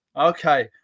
Okay